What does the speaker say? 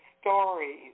stories